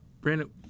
Brandon